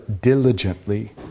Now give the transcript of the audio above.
diligently